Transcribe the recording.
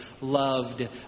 loved